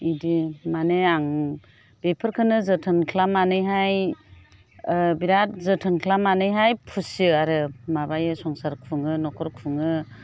बिदि माने आं बेफोरखोनो जोथोन खालामनानैहाय बिराद जोथोन खालामनानैहाय फिसियो आरो माबायो संसार खुङो न'खर खुङो